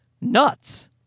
nuts